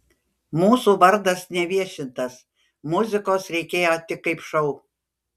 mūsų vardas neviešintas muzikos reikėjo tik kaip šou